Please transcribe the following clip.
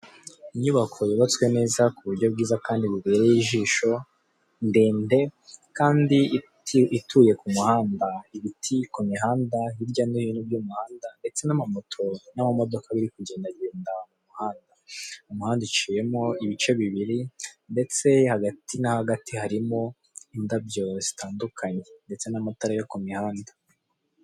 Inyubako yubatswe neza ku buryo bwiza kandi bubereye ijisho, ndende kandi ituye ku muhanda, ibiti ku mihanda hirya no hino by'umuhanda, ndetse n'amamoto n'amamodoka biri kugendagenda mu muhanda, umuhanda uciyemo ibice bibiri, ndetse hagati na hagati harimo indabyo zitandukanye, ndetse n'amatara yo ku mihanda.